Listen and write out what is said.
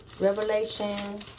Revelation